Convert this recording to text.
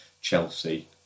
Chelsea